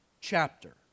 chapter